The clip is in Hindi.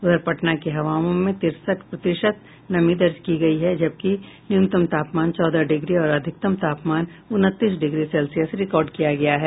उधर पटना की हवाओं में तिरसठ प्रतिशत नमी दर्ज की गयी है जबकि न्यूनतम तापमान चौदह डिग्री और अधिकतम तापमान उनतीस डिग्री सेल्सियस रिकॉर्ड किया गया है